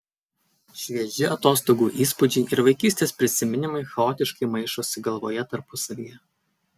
švieži atostogų įspūdžiai ir vaikystės prisiminimai chaotiškai maišosi galvoje tarpusavyje